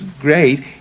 great